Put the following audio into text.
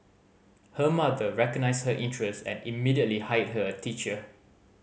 her mother recognised her interest and immediately hired her a teacher